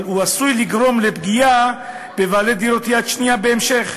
אבל הוא עשוי לגרום פגיעה לבעלי דירות יד שנייה בהמשך.